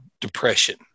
depression